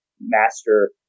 master